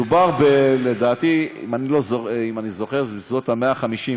מדובר לדעתי, אם אני זוכר, על בסביבות 150,